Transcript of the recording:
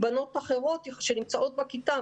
בנות אחרות שנמצאות בכיתה,